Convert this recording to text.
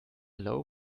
low